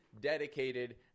dedicated